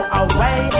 away